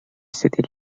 city